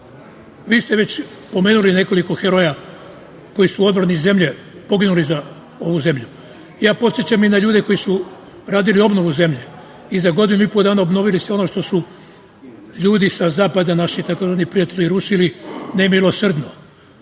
Vi ste već pomenuli nekoliko heroja koji su u odbrani zemlje poginuli za ovu zemlju. Podsećam i na ljude koji su radili i obnovu zemlje i za godinu i po dana obnovili sve ono što su ljudi sa zapada, naši tzv. prijatelji rušili, nemilosrdno,